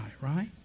right